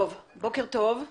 בוקר טוב,